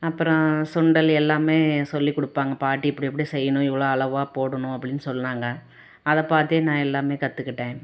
அப்புறோம் சுண்டல் எல்லாமே சொல்லிக்குடுப்பாங்க பாட்டி இப்படி இப்படி செய்யணும் இவ்வளோ அளவாக போடணும் அப்படின்னு சொன்னாங்க அதை பார்த்தே நான் எல்லாமே கற்றுக்கிட்டேன்